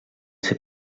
ser